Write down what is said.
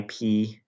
IP